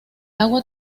agua